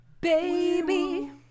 baby